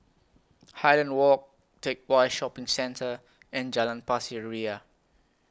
Highland Walk Teck Whye Shopping Centre and Jalan Pasir Ria